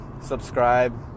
Subscribe